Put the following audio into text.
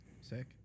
sick